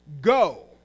Go